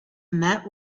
met